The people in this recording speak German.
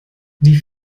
die